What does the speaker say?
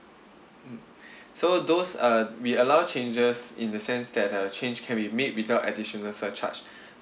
mm so those uh we allow changes in the sense that a change can be made without additional surcharge